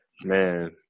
Man